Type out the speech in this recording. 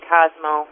Cosmo